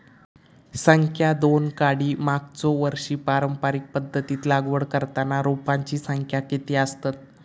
संख्या दोन काडी मागचो वर्षी पारंपरिक पध्दतीत लागवड करताना रोपांची संख्या किती आसतत?